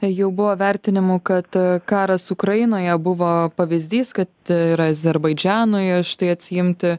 jau buvo vertinimų kad karas ukrainoje buvo pavyzdys kad ir azerbaidžanui štai atsiimti